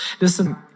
Listen